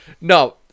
no